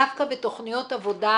דווקא בתכניות עבודה,